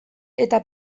eta